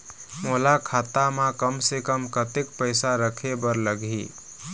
मोला खाता म कम से कम कतेक पैसा रखे बर लगही?